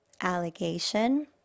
allegation